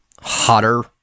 hotter